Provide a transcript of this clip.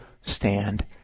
stand